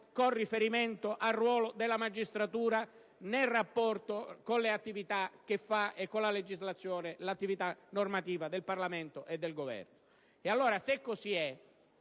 con riferimento al ruolo della magistratura nel rapporto con le attività che svolge e con l'attività normativa del Parlamento e del Governo.